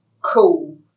cool